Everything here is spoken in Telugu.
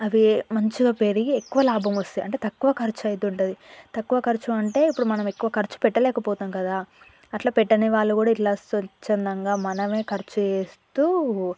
అవి మంచిగ పెరిగి ఎక్కువ లాభం వస్తాయి అంటే తక్కువ ఖర్చు అయితుంటుంది తక్కువ ఖర్చు అంటే ఇప్పుడు మనం ఎక్కువ ఖర్చు పెట్టలేకపోతాం కదా అట్ల పెట్టని వాళ్ళు కూడా ఇట్ల స్వచ్ఛందంగా మనమే ఖర్చు చేస్తూ